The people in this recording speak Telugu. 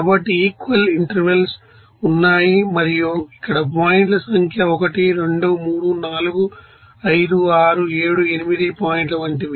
కాబట్టి ఈక్వల్ ఇంటెర్వల్స్ ఉన్నాయి మరియు ఇక్కడ పాయింట్ల సంఖ్య1 2 3 4 5 6 7 8 పాయింట్ల వంటివి